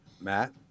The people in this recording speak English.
matt